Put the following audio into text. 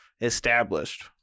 established